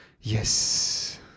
Yes